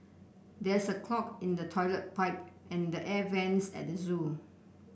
there is a clog in the toilet pipe and the air vents at the zoo